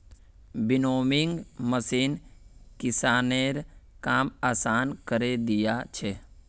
winnowing machine किसानेर काम आसान करे दिया छे